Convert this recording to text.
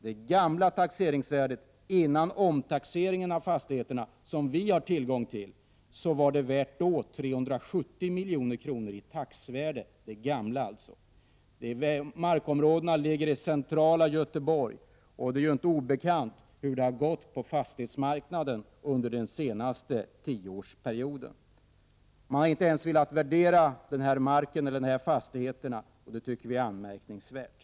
De gamla taxeringsvärdena, före omtaxeringen av fastigheterna, som vi har tillgång till uppgår till 370 milj.kr. Markområdena ligger i centrala Göteborg, och det är ju inte obekant hur det gått på fastighetsmarknaden under den senaste tioårsperioden. Man har inte ens velat värdera denna mark och dessa fastigheter, och det tycker vi är Prot. 1988/89:46 anmärkningsvärt.